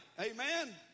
Amen